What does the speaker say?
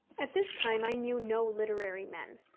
at this time i knew no literary men.